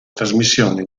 trasmissione